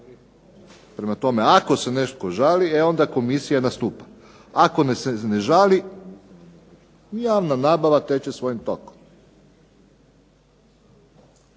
Prema tome, ako se netko žali e onda komisija nastupa. Ako se ne žali javna nabava teče svojim tokom.